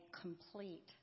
complete